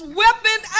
weapon